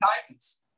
Titans